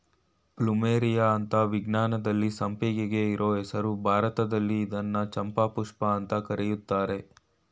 plumeria ಅಂತ ವಿಜ್ಞಾನದಲ್ಲಿ ಸಂಪಿಗೆಗೆ ಇರೋ ಹೆಸ್ರು ಭಾರತದಲ್ಲಿ ಇದ್ನ ಚಂಪಾಪುಷ್ಪ ಅಂತ ಕರೀತರೆ